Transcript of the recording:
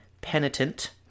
penitent